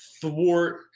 thwart